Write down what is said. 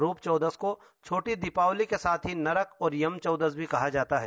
रूपचौदस को छोटी दीपावली के साथ ही नरक और यम चौदस भी कहा जाता हैं